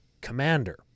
Commander